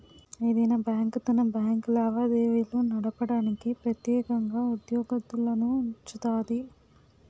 ఏదైనా బ్యాంకు తన బ్యాంకు లావాదేవీలు నడపడానికి ప్రెత్యేకంగా ఉద్యోగత్తులనుంచుతాది